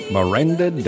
Miranda